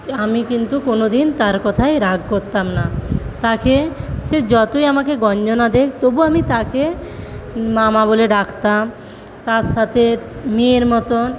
আমি কিন্তু কোনোদিন তার কথায় রাগ করতাম না তাকে সে যতই আমাকে গঞ্জনা দিক তবুও আমি তাকে মা মা বলে ডাকতাম তার সাথে মেয়ের মতো